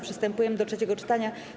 Przystępujemy do trzeciego czytania.